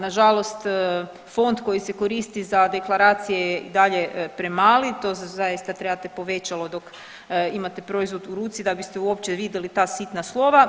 Nažalost font koji se koristi za deklaracije i dalje je premali, to zaista trebate povećalo dok imate proizvod u ruci da biste uopće vidjeli ta sitna slova.